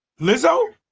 Lizzo